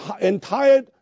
entire